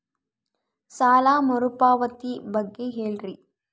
ಸಾಲ ಮರುಪಾವತಿ ಬಗ್ಗೆ ಹೇಳ್ರಿ?